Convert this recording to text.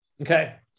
Okay